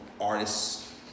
artists